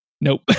Nope